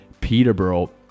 Peterborough